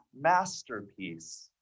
masterpiece